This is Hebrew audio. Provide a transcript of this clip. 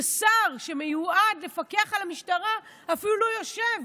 שר שמיועד לפקח על המשטרה אפילו לא יושב